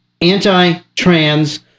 anti-trans